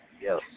Yes